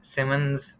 Simmons